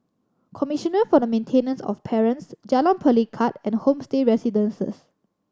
commissioner for the Maintenance of Parents Jalan Pelikat and Homestay Residences